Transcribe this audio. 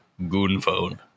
Goonphone